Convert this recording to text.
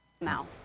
mouth